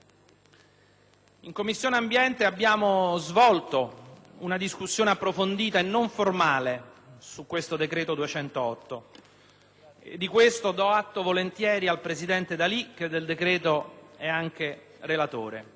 In Commissione ambiente abbiamo svolto una discussione approfondita e non formale sul decreto n. 208 all'esame, e di questo do atto volentieri al presidente D'Ali, che del decreto è anche relatore.